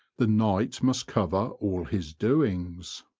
the night must cover all his doings.